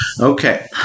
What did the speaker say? Okay